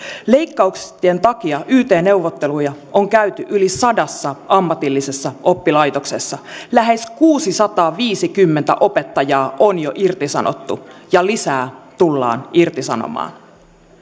leikkauksien takia yt neuvotteluja on käyty yli sadassa ammatillisessa oppilaitoksessa lähes kuusisataaviisikymmentä opettajaa on jo irtisanottu ja lisää tullaan irtisanomaan